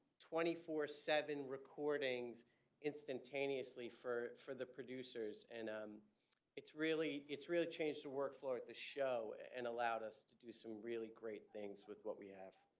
twenty four seven recordings instantaneously for for the producers. and um it's really it's really changed the workflow at the show and allowed us to do some really great things with what we have.